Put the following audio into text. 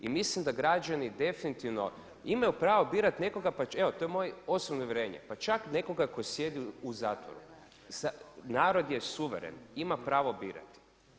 I mislim da građani definitivno imaju pravo birati nekoga, evo to je moje osobno uvjerenje, pa čak nekoga tko sjedi u zatvoru, narod je suveren, ima pravo birati.